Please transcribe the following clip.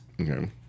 Okay